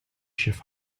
should